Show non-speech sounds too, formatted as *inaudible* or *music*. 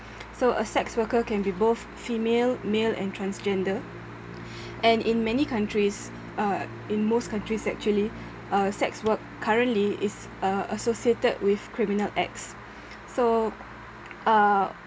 *noise* so a sex worker can be both female male and transgender *breath* and in many countries uh in most countries actually uh sex work currently is uh associated with criminal acts *breath* so uh